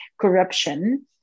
corruption